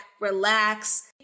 relax